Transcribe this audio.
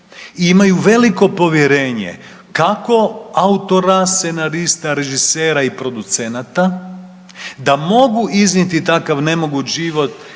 imaju veliko povjerenje kako autor …/Govornika se ne razumije/…scenarista, režisera i producenata da mogu iznijeti takav nemoguć život,